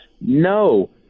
no